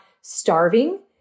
starving